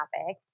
topic